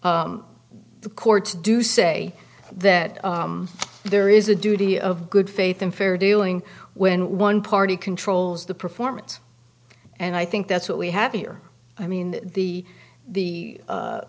the courts do say that there is a duty of good faith and fair dealing when one party controls the performance and i think that's what we have here i mean the the